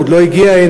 הוא עוד לא הגיע הנה,